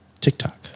TikTok